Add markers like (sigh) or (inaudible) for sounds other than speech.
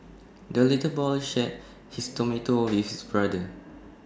the little boy shared his tomato (noise) with his brother